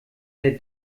der